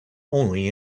only